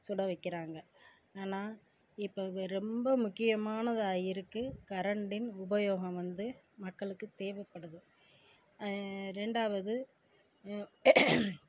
சுட வைக்கிறாங்க ஆனால் இப்போ ரொம்ப முக்கியமானதாக இருக்குது கரண்ட்டின் உபயோகம் வந்து மக்களுக்கு தேவைப்படுது ரெண்டாவது